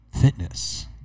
fitness